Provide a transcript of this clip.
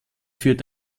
führt